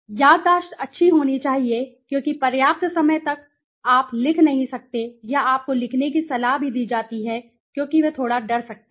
याददाश्त अच्छी होनी चाहिए क्योंकि पर्याप्त समय तक आप लिख नहीं सकते या आपको लिखने की सलाह भी दी जाती है क्योंकि वे थोड़ा डर सकते हैं